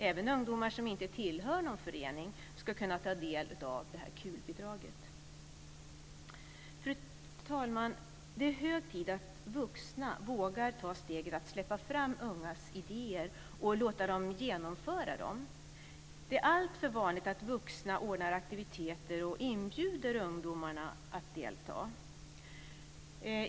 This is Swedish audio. Även ungdomar som inte tillhör någon förening ska kunna ta del av KUL-bidraget. Fru talman! Det är hög tid att vuxna vågar ta steget att släppa fram ungas idéer och låta dem genomföra dem. Det alltför vanligt att vuxna ordnar aktiviteter och inbjuder ungdomarna att delta.